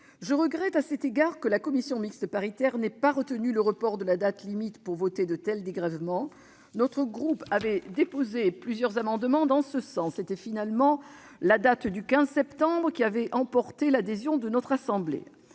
Je regrette à cet égard que la commission mixte paritaire n'ait pas retenu le report de la date limite pour voter de tels dégrèvements. Notre groupe avait déposé plusieurs amendements dans ce sens. C'était finalement la date du 15 septembre qui avait emporté l'adhésion de notre assemblée.